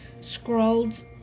scrolled